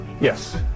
yes